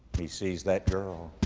he sees that girl.